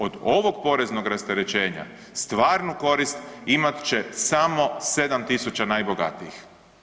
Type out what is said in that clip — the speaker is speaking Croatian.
Od ovog poreznog rasterećenja, stvarnu korist imat će samo 7 tisuća najbogatijih.